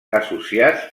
associats